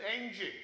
engine